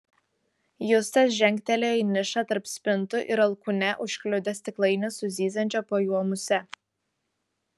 justas žengtelėjo į nišą tarp spintų ir alkūne užkliudė stiklainį su zyziančia po juo muse